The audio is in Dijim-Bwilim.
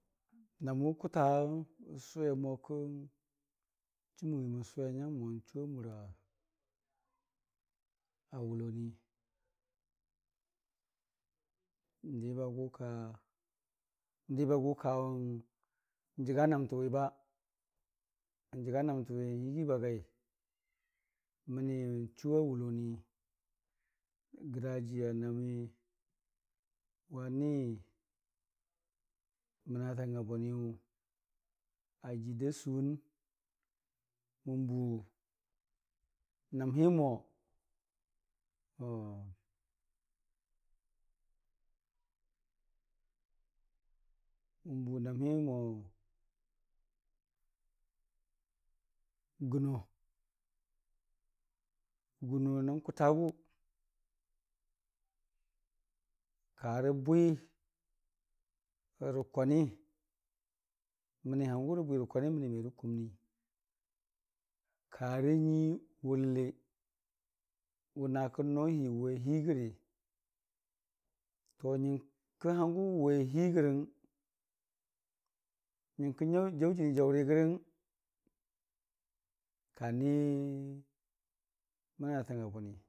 nəmwʊ kʊtawʊng n'sʊwe mo kən chumənwi mən sʊwe nyang mo n'du a mura a wuloni n'diba gʊka n'diba gʊkawʊng jəga namtəwi n'jəga namtəwi n'yəgiibagai məni n'chuwa wuloni. Grajiiya nami wani mənatang a bʊniyʊ ajiida suwun mən bunəmlimo mo mən bu nəm himo gɨno, gɨno nən kʊtagʊ, karə bwirə kwani, məni hangʊ rəbwi rə kwani məni merə kumnii, karə nyi wʊləlli wʊnakə nolii, wʊwe hiigəri. nyənkəng hangʊwʊwe hiigərəng nəngkə jaʊ-jaʊjənii jaʊri gərəng kani mənatanga bʊni.